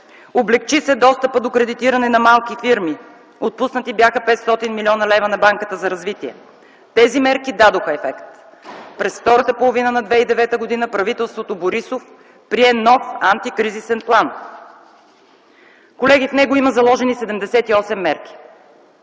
облекчи се достъпът до кредитиране на малки фирми; отпуснати бяха 500 млн. лв. на Банката за развитие. Тези мерки дадоха ефект. През втората половина на 2009 г. правителството на Борисов прие нов Антикризисен план. Колеги, в него има заложени 78 мерки.